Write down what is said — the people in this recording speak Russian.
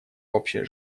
общее